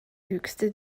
höchste